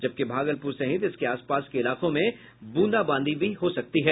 जबकि भागलपुर सहित इसके आसपास के इलाकों में बूंदाबांदी भी हो सकती है